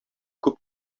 күп